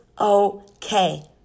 okay